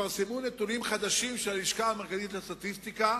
התפרסמו נתונים חדשים של הלשכה המרכזית לסטטיסטיקה,